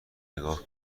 نگاه